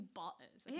butters